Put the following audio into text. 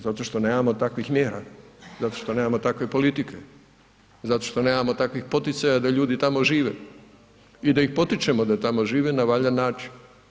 Zato što nemamo takvih mjera, zato što nemamo takve politike, zato što nemamo takvih poticaja da ljudi tamo žive i da ih potičemo da tamo žive na valjan način.